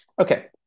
Okay